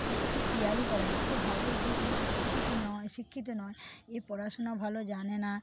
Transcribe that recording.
কেউ কিছু কেয়ারই করে না যে ভাবে যে এ শিক্ষিত নয় শিক্ষিত নয় এ পড়াশোনা ভালো জানে না